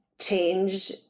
change